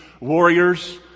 warriors